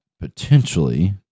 potentially